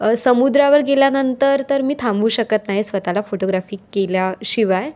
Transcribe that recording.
समुद्रावर गेल्यानंतर तर मी थांबवू शकत नाही स्वतःला फोटोग्राफी केल्याशिवाय